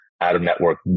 out-of-network